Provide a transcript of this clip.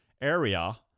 area